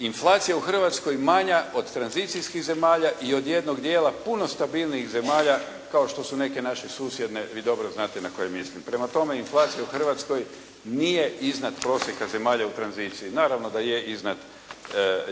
Inflacija u Hrvatskoj je manja od tranzicijskih zemalja i od jednog dijela puno stabilnijih zemalja, kao što su neke naše susjedne, vi dobro znate na koje mislim. Prema tome, inflacija u Hrvatskoj nije iznad prosjeka zemalja u tranziciji. Naravno da je iznad